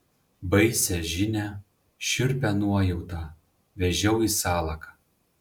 baisią žinią šiurpią nuojautą vežiau į salaką